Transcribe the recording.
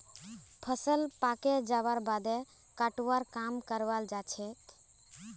फसल पाके जबार बादे कटवार काम कराल जाछेक